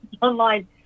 online